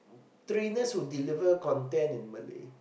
trainers who deliver content in Malay